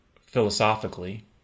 philosophically